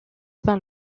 par